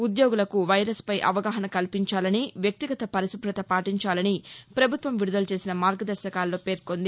ఉద్యోగులకు వైరస్పై అవగాహన కల్పించాలని వ్యక్తిగత పరిశుభత పాటించాలని పభుత్వం విడుదల చేసిన మార్గదర్భకాల్లో పేర్కొంది